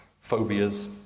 phobias